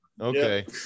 Okay